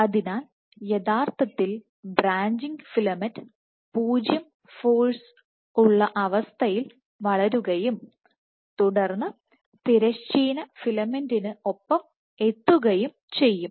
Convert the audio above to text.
അതിനാൽ യഥാർത്ഥത്തിൽ branching filament 0 force ഉള്ള അവസ്ഥയിൽ വളരുകയും തുടർന്ന് തിരശ്ചീന ഫിലമെന്റിനു ഒപ്പം എത്തുകയും ചെയ്യും